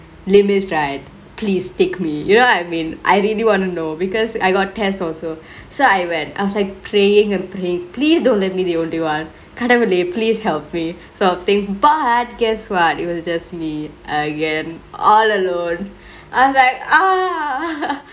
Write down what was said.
limits right please take me you know what I mean I really want to know because I got test also so I went I was like prayingk and prayingk please don't let me be the only one கடவுளே:kadavule please help me this sort of thingk but guess what it was just me again all alone I was like ah